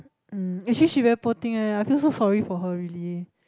um actually she very poor thing leh I feel so sorry for her really